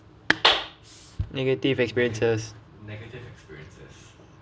negative experiences